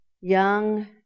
young